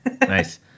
Nice